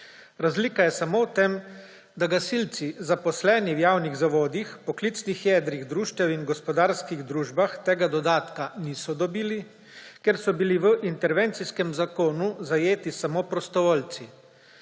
Razlika je samo v tem, da gasilci, zaposleni v javnih zavodih, poklicnih jedrih društev in gospodarskih družbah, tega dodatka niso dobili, ker so bili v intervencijskem zakonu zajeti samo prostovoljci.